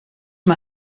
mal